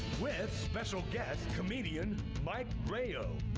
with special guest, comedian mike rao,